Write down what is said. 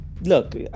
Look